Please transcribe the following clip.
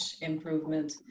improvement